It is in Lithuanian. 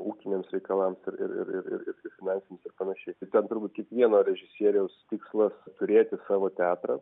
ūkiniams reikalams ir ir ir ir ir finansinius ir panašiai tai ten turbūt kiekvieno režisieriaus tikslas turėti savo teatrą